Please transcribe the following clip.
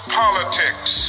politics